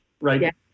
right